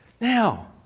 Now